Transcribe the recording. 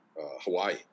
Hawaii